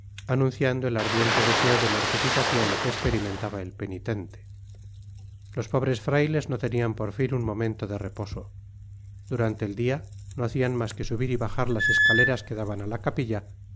anunciando el ardiente deseo de mortificacion que esperimentaba el penitente los pobres frailes no tenian por iin un momento de reposo durante el dia no hacian mas que subir y bajar las escaleras quedaban á la capilla